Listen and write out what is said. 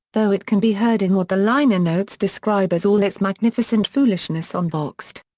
though it can be heard in what the liner notes describe as all its magnificent foolishness on boxed.